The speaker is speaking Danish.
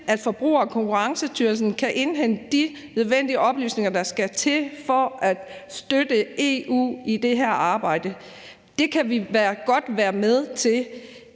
og Forbrugerstyrelsen kan indhente de nødvendige oplysninger, der skal til for at støtte EU i det her arbejde. Det kan vi godt være med til